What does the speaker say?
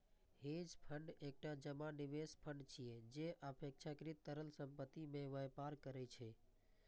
hedge fund एकटा जमा निवेश फंड छियै, जे अपेक्षाकृत तरल संपत्ति मे व्यापार करै छै